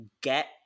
get